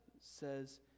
says